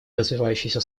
развивающиеся